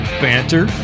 banter